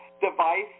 device